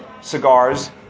cigars